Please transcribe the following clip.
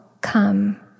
come